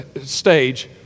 stage